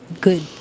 Good